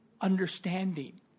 understanding